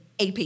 AP